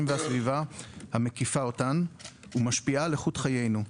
והסביבה המקיפה אותן ומשפיעה על איכות חיינו.